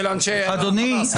-- בגלל --- של אנשי החמאס.